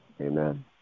Amen